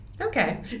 Okay